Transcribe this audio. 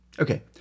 Okay